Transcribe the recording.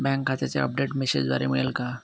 Bank खात्याचे update मेसेजद्वारे मिळेल का?